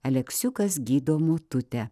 aleksiukas gydo motutę